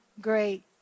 great